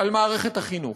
על מערכת החינוך,